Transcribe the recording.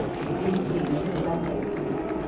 and reeking with tobacco smoke,